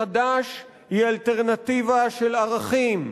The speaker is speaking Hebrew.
חד"ש היא אלטרנטיבה של ערכים,